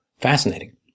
fascinating